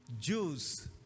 Jews